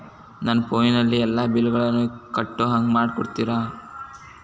ನನ್ನ ಫೋನಿನಲ್ಲೇ ಎಲ್ಲಾ ಬಿಲ್ಲುಗಳನ್ನೂ ಕಟ್ಟೋ ಹಂಗ ಮಾಡಿಕೊಡ್ತೇರಾ?